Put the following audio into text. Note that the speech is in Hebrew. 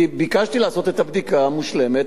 ביקשתי לעשות את הבדיקה המושלמת.